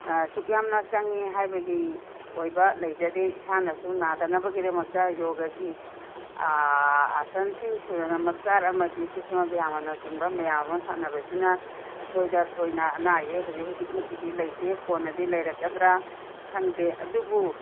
ꯁꯨꯛ ꯌꯥꯝꯅ ꯆꯪꯏ ꯍꯥꯏꯕꯒꯤ ꯑꯣꯏꯕ ꯂꯩꯖꯗꯦ ꯏꯁꯥꯅꯁꯨ ꯅꯥꯗꯅꯕꯒꯤꯗꯃꯛꯇ ꯌꯣꯒꯒꯤ ꯑꯥꯁꯟꯁꯤꯡ ꯁꯨꯔ꯭ꯌꯅꯃꯁꯀꯥꯔ ꯑꯃꯗꯤ ꯁꯨꯁꯃꯚꯤꯌꯥꯃꯅꯆꯤꯡꯕ ꯃꯌꯥꯝ ꯑꯃ ꯁꯥꯟꯅꯕꯁꯤꯅ ꯑꯩꯈꯣꯏꯗ ꯊꯣꯏꯅ ꯑꯅꯥ ꯑꯌꯦꯛ ꯍꯧꯖꯤꯛ ꯍꯧꯖꯤꯛꯃꯛꯀꯤꯗꯤ ꯂꯩꯇꯦ ꯀꯣꯟꯅꯗꯤ ꯂꯩꯔꯛꯀꯗ꯭ꯔꯥ ꯈꯪꯗꯦ ꯑꯗꯨꯕꯨ